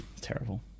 terrible